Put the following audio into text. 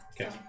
Okay